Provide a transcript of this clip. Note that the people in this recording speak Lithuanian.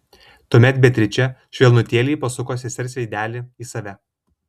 tuomet beatričė švelnutėliai pasuko sesers veidelį į save